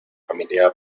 familia